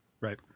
Right